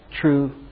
true